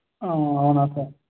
అవునా సార్